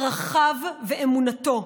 ערכיו ואמונתו,